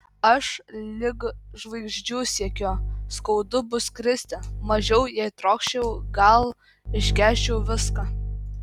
aš lig žvaigždžių siekiu skaudu bus kristi mažiau jei trokščiau gal iškęsčiau viską